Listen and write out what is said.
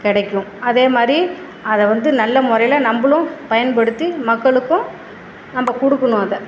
கிடைக்கும் அதே மாதிரி அதை வந்து நல்ல முறையில நம்பளும் பயன்படுத்தி மக்களுக்கும் நம்ம கொடுக்கணும் அதை